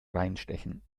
reinstechen